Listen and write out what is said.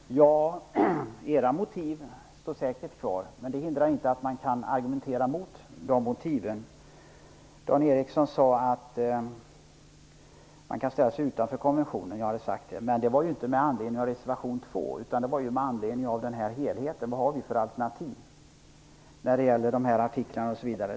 Herr talman! Ja, era motiv står säkert kvar. Men det hindrar inte att man kan argumentera mot dem. Enligt Dan Ericsson sade jag att alternativet vore att ställa sig utanför konventionen. Men det var inte med anledning av reservation 2 som jag sade det, utan det var med anledning av helheten. Vad har vi för alternativ när det gäller artiklarna osv.?